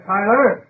Tyler